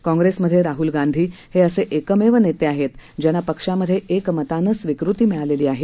काँग्रेसमध्ये राहल गांधी हे असे एकमेव नेते आहेत ज्यांना पक्षामध्ये एकमतानं स्वीकृति मिळालेली आहे